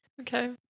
Okay